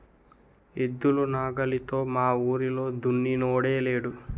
ఎద్దులు నాగలితో మావూరిలో దున్నినోడే లేడు